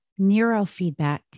neurofeedback